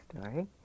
story